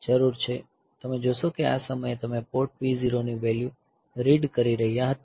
તમે જોશો કે આ સમયે તમે પોર્ટ P0 ની વેલ્યૂ રીડ કરી રહ્યા હતા